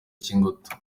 by’ingutu